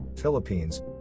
Philippines